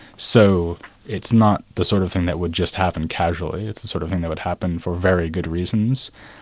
so it's not the sort of thing that would just happen casually, it's the sort of thing that would happen for very good reasons,